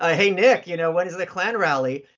ah hey nick, you know when's the klan rally?